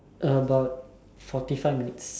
about forty five minutes